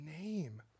name